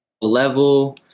level